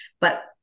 but-